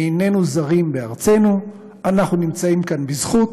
איננו זרים בארצנו, אנחנו נמצאים כאן בזכות,